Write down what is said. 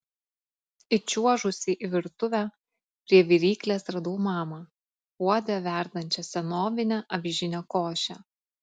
įčiuožusi į virtuvę prie viryklės radau mamą puode verdančią senovinę avižinę košę